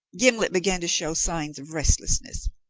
gimblet began to show signs of restlessness.